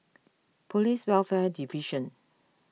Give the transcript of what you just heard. Police Welfare Division